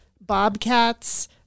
bobcats